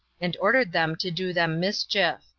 and ordered them to do them mischief.